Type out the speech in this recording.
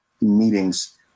meetings